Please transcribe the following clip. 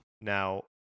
Now